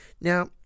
Now